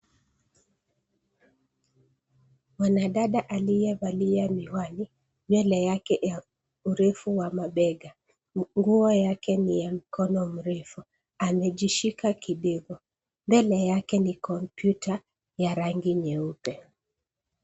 Mwanamke aliyevalia miwani nywele yake urefu wa mabega nguo yake ni mikono mirefu amejishika kidefu mbele yake ni kompyuta ya rangi nyeupe.